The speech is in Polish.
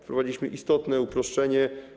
Wprowadziliśmy istotne uproszczenie.